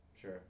Sure